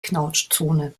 knautschzone